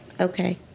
Okay